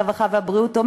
הרווחה והבריאות?